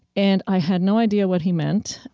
and i had no idea what he meant.